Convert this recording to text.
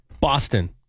Boston